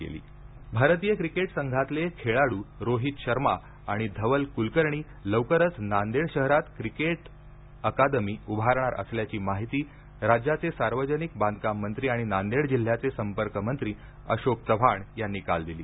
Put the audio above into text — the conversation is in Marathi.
नांदेड क्रिकेट अकादमी भारतीय क्रिकेट संघातले खेळाडू रोहित शर्मा आणि धवल क्लकर्णी लवकरच नांदेड शहरात क्रिकेट अकादमी उभारणार असल्याची माहिती राज्याचे सार्वजनिक बांधकाम मंत्री आणि नांदेड जिल्ह्याचे संपर्क मंत्री अशोक चव्हाण यांनी काल दिली